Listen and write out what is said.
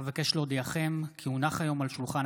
אבקש להודיעכם כי הונח היום על שולחן